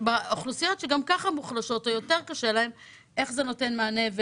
לגבי אוכלוסיות מוחלשות שיותר קשה להן איך זה נותן מענה.